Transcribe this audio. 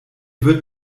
wird